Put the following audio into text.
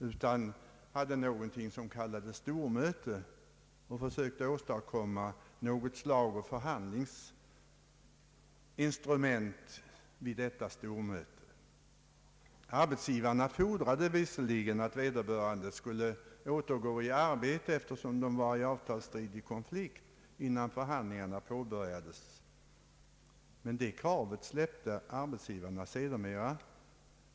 Man hade någonting som kallades stormöte och försökte där åstadkomma något slags förhandlingsinstrument. Arbetsgivarna fordrade visserligen att de strejkande, eftersom de var i avtalsstridig konflikt, skulle återgå till arbetet, innan förhandlingarna påbörjades, men det kravet släppte arbetsgivarna sedermera.